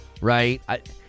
right